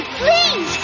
please